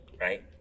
right